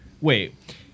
Wait